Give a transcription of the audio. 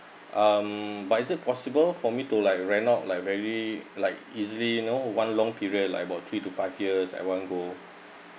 um but is it possible for me to like rent out like very like easily you know one long period like about three to five years at one go